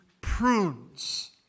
prunes